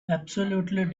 absolutely